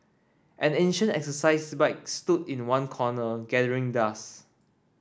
an ancient exercise bike stood in one corner gathering dust